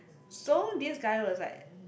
so this guy was like